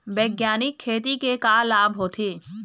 बैग्यानिक खेती के का लाभ होथे?